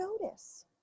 notice